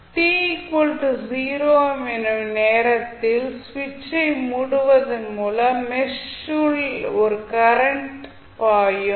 t 0 எனும் நேரத்தில் சுவிட்சை மூடுவதன் மூலம் மெஷ் உள் ஒரு கரண்ட் பாயும்